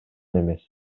эмес